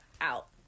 out